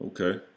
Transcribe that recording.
Okay